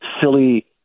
silly